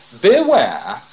beware